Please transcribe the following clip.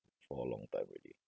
for a long time already